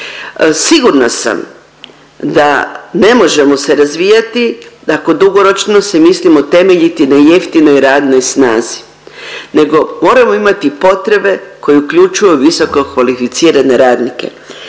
Sigurna sam da ne možemo se razvijati ako dugoročno se mislimo temeljiti na jeftinoj radnoj snazi nego moramo imati potrebe koje uključuju visoko kvalificirane radnike.